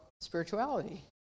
spirituality